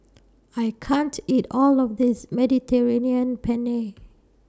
I can't eat All of This Mediterranean Penne